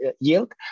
yield